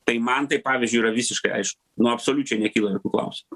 tai man tai pavyzdžiui yra visiškai aišku nu absoliučiai nekyla jokių klausimų